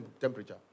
temperature